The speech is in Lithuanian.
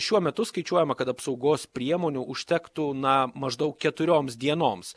šiuo metu skaičiuojama kad apsaugos priemonių užtektų na maždaug keturioms dienoms